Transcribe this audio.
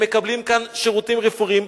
הם מקבלים כאן שירותים רפואיים,